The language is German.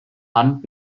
hand